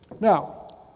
Now